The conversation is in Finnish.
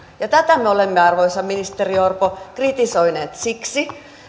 ja tätä me olemme arvoisa ministeri orpo kritisoineet siksi